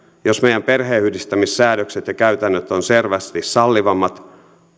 jos meidän perheenyhdistämissäädöksemme ja käytäntömme ovat selvästi sallivammat